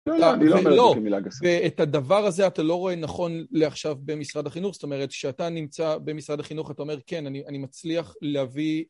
לא, את הדבר הזה אתה לא רואה נכון לעכשיו במשרד החינוך, זאת אומרת, כשאתה נמצא במשרד החינוך, אתה אומר, כן, אני מצליח להביא...